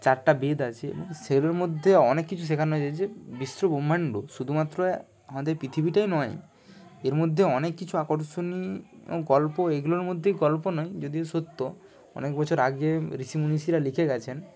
চারটা বেদ আছে এবং সেগুলোর মধ্যে অনেক কিছু শেখানোর আছে বিশ্ব ব্রহ্মাণ্ড শুধুমাত্র আমাদের পৃথিবীটাই নয় এর মধ্যে অনেক কিছু আকর্ষণীয় গল্প এইগুলোর মধ্যেই গল্প নয় যদিও সত্য অনেক বছর আগে ঋষি মনীষী লিখে গেছেন